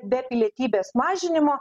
be pilietybės mažinimo